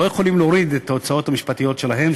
לא יכולים להוריד את ההוצאות המשפטיות שלהם,